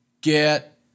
get